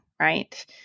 Right